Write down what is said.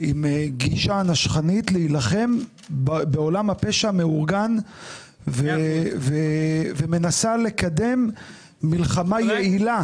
עם גישה נשכנית להילחם בעולם הפשע המאורגן ומנסה לקדם מלחמה יעילה.